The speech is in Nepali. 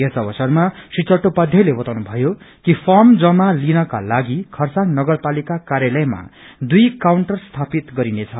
यस अवसरमा श्री चट्टोपाध्ययले बताउनु भयो कि फार्म जमा जित्रलनका लागि खरसाङ नगरपालिका कार्यालयमा दुई काउन्टर स्थापित गरिनेछ